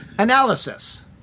Analysis